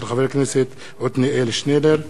מאת חבר הכנסת עתניאל שנלר,